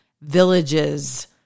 villages